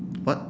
what